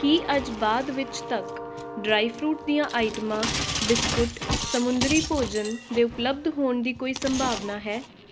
ਕੀ ਅੱਜ ਬਾਅਦ ਵਿੱਚ ਤੱਕ ਡਰਾਈ ਫਰੂਟ ਦੀਆਂ ਆਈਟਮਾਂ ਬਿਸਕੁਟ ਸਮੁੰਦਰੀ ਭੋਜਨ ਦੇ ਉਪਲੱਬਧ ਹੋਣ ਦੀ ਕੋਈ ਸੰਭਾਵਨਾ ਹੈ